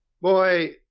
Boy